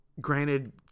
Granted